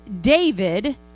David